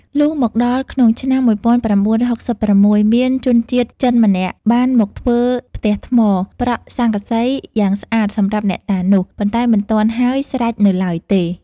លុះមកដល់ក្នុងឆ្នាំ ១៩៦៦ មានជនជាតិចិនម្នាក់ បានមកធ្វើផ្ទះថ្ម ប្រក់ស័ង្កសីយ៉ាងស្អាតសម្រាប់អ្នកតានោះ ប៉ុន្តែមិនទាន់ហើយស្រេចនៅឡើយទេ ។